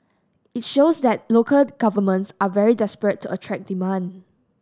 it shows that local governments are very desperate to attract demand